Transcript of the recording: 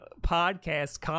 podcast